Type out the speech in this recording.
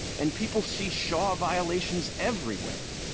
and people see shaw violations everywhere.